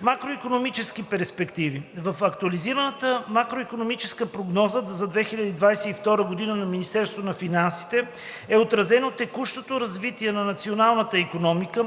Макроикономически перспективи В актуализираната макроикономическа прогноза за 2022 г. на Министерство на финансите е отразено текущото развитие на националната икономика,